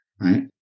right